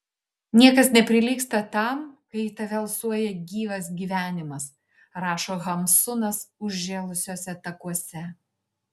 niekas neprilygsta tam kai į tave alsuoja gyvas gyvenimas rašo hamsunas užžėlusiuose takuose